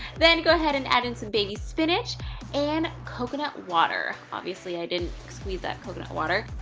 then go ahead and add in some baby spinach and coconut water. obviously i didn't squeeze that coconut water.